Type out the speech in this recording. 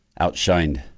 outshined